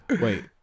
wait